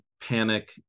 panic